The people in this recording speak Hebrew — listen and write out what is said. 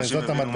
הנה זאת המדבקה,